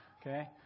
Okay